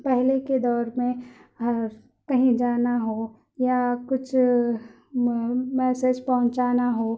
پہلے کے دور میں کہیں جانا ہو یا کچھ م یسج پہنچانا ہو